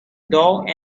dog